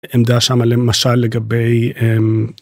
עמדה שמה למשל לגבי אםםםם.